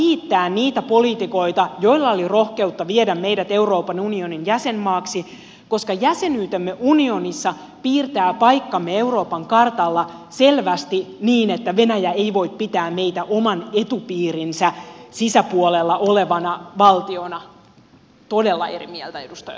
nythän on aika kiittää niitä poliitikkoja joilla oli rohkeutta viedä meidät euroopan unionin jäsenmaaksi koska jäsenyytemme unionissa piirtää paikkamme euroopan kartalla selvästi niin että venäjä ei voi pitää meitä oman etupiirinsä sisäpuolella olevana valtiona tuonelaihin ja taidosta ja